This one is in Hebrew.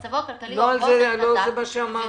מצבו הכלכלי הרבה יותר חזק -- לא זה מה שאמרנו.